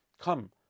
come